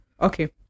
Okay